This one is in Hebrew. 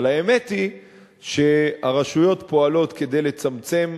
אבל האמת היא שהרשויות פועלות כדי לצמצם,